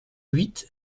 huit